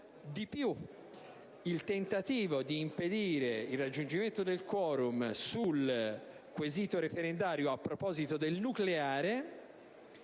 Inoltre, il tentativo di impedire il raggiungimento del *quorum* sul quesito referendario relativo al nucleare,